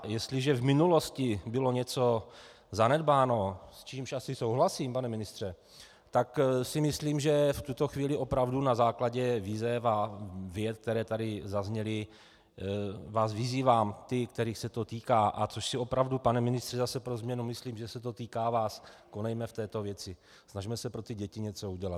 Jestliže v minulosti bylo něco zanedbáno, s čímž asi souhlasím, pane ministře, tak si myslím, že v tuto chvíli opravdu na základě vize a vět, které tady zazněly, vás vyzývám, ty, kterých se to týká, a což si opravdu pane ministře zase pro změnu myslím, že se to týká vás, konejme v této věci, snažme se pro ty děti něco udělat.